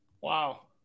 Wow